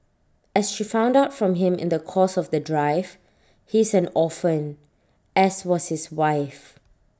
as she found out from him in the course of the drive he is an orphan as was his wife